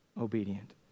obedient